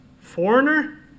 foreigner